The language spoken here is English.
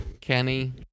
Kenny